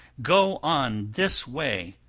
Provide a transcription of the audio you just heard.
go on this way!